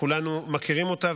שכולנו מכירים אותה,